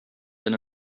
than